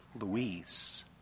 Louise